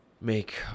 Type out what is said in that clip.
make